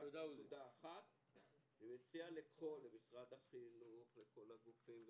אני מציע למשרד החינוך ולכל הגופים,